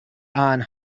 ann